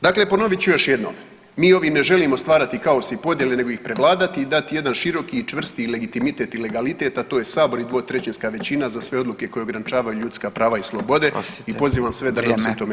Dakle, ponovit ću još jednom, mi ovdje ne želimo stvarati kaos i podjele nego ih prevladati i dati jedan široki i čvrsti legitimitet i legalitet a to je Sabor i dvotrećinska većina za sve odluke koje ograničavaju ljudska prava i slobode [[Upadica: Oprostite, vrijeme.]] i pozivam sve da nam se u tome